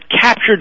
captured